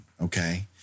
okay